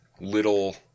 little